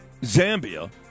Zambia